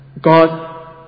God